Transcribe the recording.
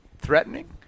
threatening